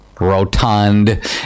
rotund